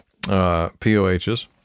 POHs